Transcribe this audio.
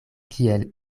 kiel